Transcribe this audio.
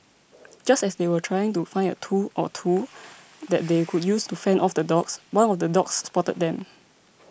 just as they were trying to find a tool or two that they could use to fend off the dogs one of the dogs spotted them